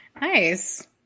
nice